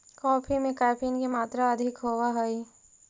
coffee में caffeine की मात्रा अधिक होवअ हई